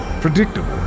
Predictable